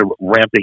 ramping